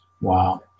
Wow